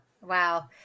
Wow